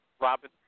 Robin